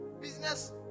Business